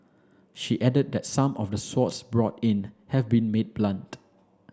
she added that some of the swords brought in have been made blunt